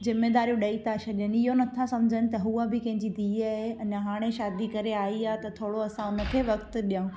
ज़िमेदारियूं ॾेई था छॾनि इहो नथा समुझनि त हूअ बि कंहिंजी धीअ आहे अञा हाणे शादी करे आई आहे त थोरो असां हुनखे वक़्त ॾियूं